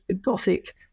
Gothic